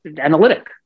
analytic